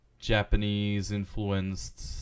Japanese-influenced